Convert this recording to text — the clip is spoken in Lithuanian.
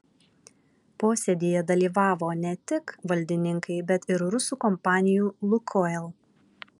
posėdyje dalyvavo ne tik valdininkai bet ir rusų kompanijų lukoil